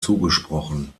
zugesprochen